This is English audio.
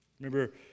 Remember